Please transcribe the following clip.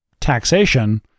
taxation